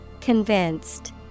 Convinced